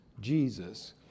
Jesus